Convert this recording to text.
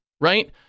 right